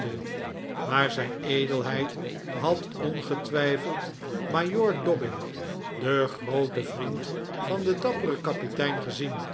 de maar zijn edelheid had ongetwijfeld majoor dobbin den grooten vriend van den dapperen kapitein gezien